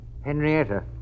Henrietta